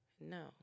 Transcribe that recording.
No